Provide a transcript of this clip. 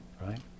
right